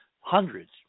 hundreds